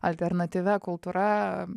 alternatyvia kultūra